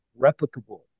replicable